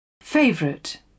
Favorite